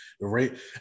right